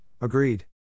agreed